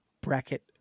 Bracket